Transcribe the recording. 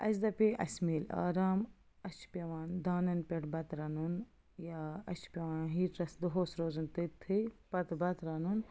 اَسہِ دَپے اَسہِ میلہِ آرام اَسہِ چھُ پیٚوان دانن پٮ۪ٹھ بتہٕ رَنُن یا اَسہِ چھُ پیٚوان ہیٹرس دۄہس روزُن تٔتتھٕے پتہٕ بتہٕ رَنُن